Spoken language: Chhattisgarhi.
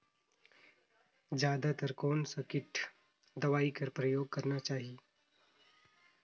जादा तर कोन स किट दवाई कर प्रयोग करना चाही?